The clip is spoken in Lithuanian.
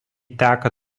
teka